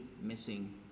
missing